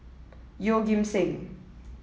Yeoh Ghim Seng